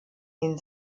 den